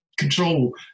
control